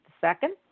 second